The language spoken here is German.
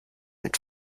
mit